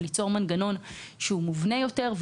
וליצור מנגנון מובנה יותר,